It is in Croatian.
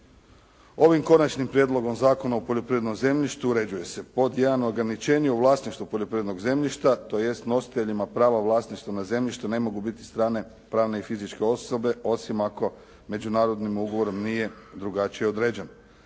Ovim Konačnim prijedlogom Zakona o poljoprivrednom zemljištu uređuje se ograničenje u vlasništvu poljoprivrednog zemljišta tj. nositelja prava vlasništva na zemlji što ne mogu biti strane pravne i fizičke osobe, osim ako međunarodnim ugovorom nije drugačije određeno;